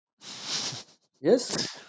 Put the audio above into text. Yes